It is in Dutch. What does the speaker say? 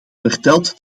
verteld